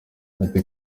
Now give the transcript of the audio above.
ati